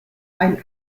ein